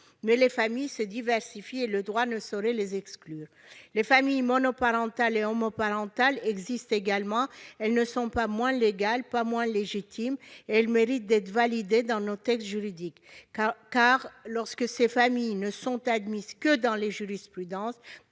mais les familles se diversifient et le droit ne saurait exclure certaines d'entre elles. Les familles monoparentales et homoparentales existent également ; elles ne sont pas moins légales ni moins légitimes et leur existence mérite d'être validée dans nos textes juridiques. En effet, quand ces familles ne sont admises que dans les jurisprudences